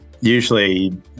usually